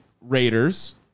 Raiders